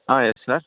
ಹಾಂ yes sir